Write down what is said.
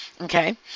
Okay